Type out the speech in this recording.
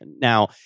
Now